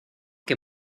que